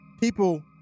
people